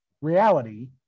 reality